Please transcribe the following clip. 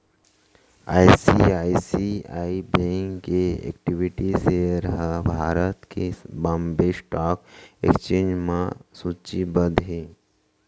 ICICI bank के equity share ह भारत के बांबे स्टॉक एक्सचेंज म सूचीबद्ध हे